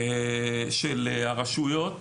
של הרשויות.